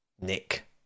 Nick